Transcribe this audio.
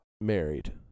married